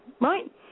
right